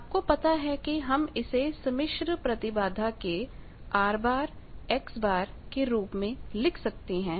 आपको पता है कि हम इसे सम्मिश्र प्रतिबाधा के R X के रूप में लिख सकते हैं